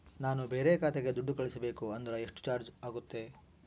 ನಾನು ಬೇರೆ ಖಾತೆಗೆ ದುಡ್ಡು ಕಳಿಸಬೇಕು ಅಂದ್ರ ಎಷ್ಟು ಚಾರ್ಜ್ ಆಗುತ್ತೆ?